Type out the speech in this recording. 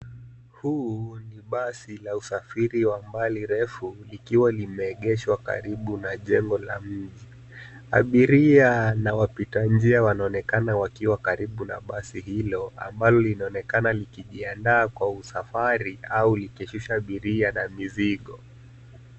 Huu ni basi la usafiri wa mbali refu likiwa limeegeshwa karibu na jengo la mji. Abiria na wapita njia wanaonekana wakiwa karibu na basi hilo ambalo linaonekana likijiandaa kwa usafari au likishusha abiria na mizigo.